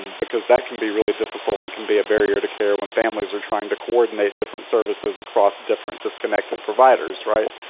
because that can be really difficult and can be a barrier to care when families are trying to coordinate different services across different disconnected providers, right?